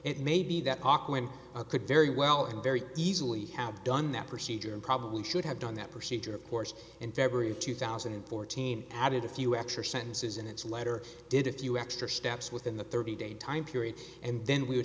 it may be that auckland could very well and very easily have done that procedure and probably should have done that procedure of course in february of two thousand and fourteen added a few extra sentences in its letter did a few extra steps within the thirty day time period and then we would